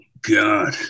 God